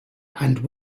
and